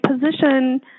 position